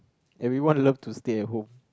everyone love to stay at home